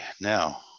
now